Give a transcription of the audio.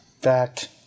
Fact